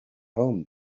home